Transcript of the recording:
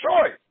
choice